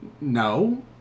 No